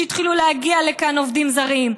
כשהתחילו להגיע לכאן עובדים זרים,